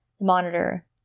Monitor